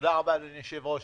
תודה רבה, אדוני היושב-ראש.